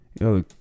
yo